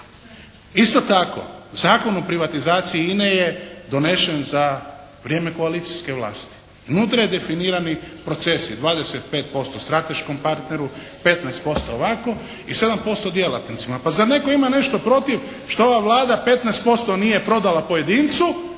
Isto tako, Zakon o privatizaciji INA-e je donesen za vrijeme koalicijske vlasti i unutra je definirani proces 25% strateškom partneru, 15% ovako i 7% djelatnicima. Pa zar netko ima nešto protiv što ova Vlada 15% nije prodala pojedincu,